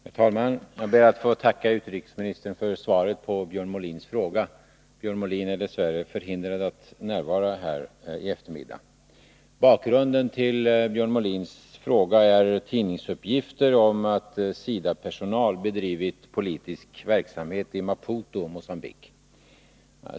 Herr talman! Jag ber att få tacka utrikesministern för svaret på Björn Molins fråga. Björn Molin är dess värre förhindrad att närvara här i eftermiddag. Bakgrunden till Björn Molins fråga är tidningsuppgifter om att SIDA personal bedrivit politisk verksamhet i Maputo, Mogambique.